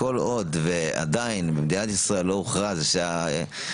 שכל עוד ועדיין במדינת ישראל לא הוכרז שהקורונה